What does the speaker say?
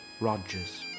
Rogers